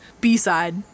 B-side